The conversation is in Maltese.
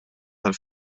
tal